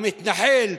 המתנחל,